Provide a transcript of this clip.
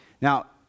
Now